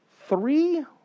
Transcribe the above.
Three